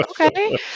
okay